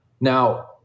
Now